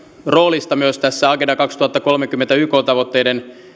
roolista myös tässä agenda kaksituhattakolmekymmentä yk tavoitteiden